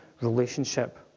relationship